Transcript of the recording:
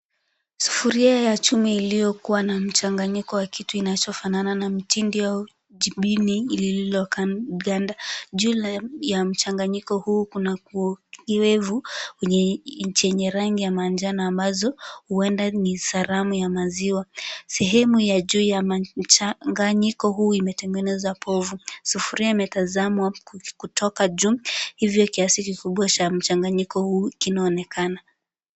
Sufuria ya chuma iliyokua na mchanganyiko ya kitu kinachofanana na mtindi au jibini lililiganda. Juu ya mchanganyiko huu kuna kiowevu chenye rangi ya manjano ambazo huenda ni saramu ya maziwa. Sehemu ya juu ya mchanganyiko huu imetengeneza povu. Sufuria imetazamwa kutoja juu hivyo kiasikikubwa cha mchanganyiko huu kinaonekana.